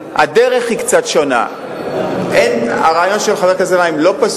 הכנסת לוין יחד עם חבר הכנסת משה גפני